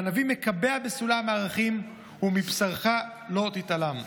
והנביא מקבע בסולם הערכים: "ומבשרך לא תתעלם".